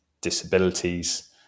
disabilities